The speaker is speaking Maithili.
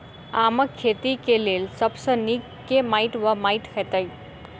आमक खेती केँ लेल सब सऽ नीक केँ माटि वा माटि हेतै?